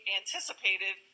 anticipated